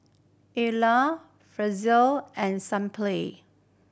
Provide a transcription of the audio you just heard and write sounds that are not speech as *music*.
*unintelligible* and Sunplay